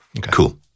Cool